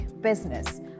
business